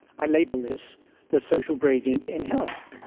i label this the social gradient in health.